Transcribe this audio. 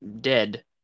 dead